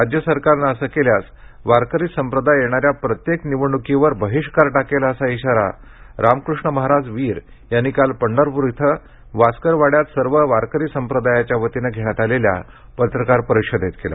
राज्य सरकारने असं केल्यास वारकरी संप्रदाय येणाऱ्या प्रत्येक निवडण्कीवर बहिष्कार टाकेल असा इशारा राम कृष्ण महाराज वीर यांनी काल पंढरपूर इथं वासकर वाड्यात सर्व वारकरी संप्रदायाच्या वतीनं घेण्यात आलेल्या पत्रकार परिषदेत दिला